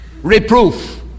reproof